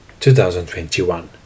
2021